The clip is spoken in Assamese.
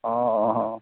অঁ অঁ অঁ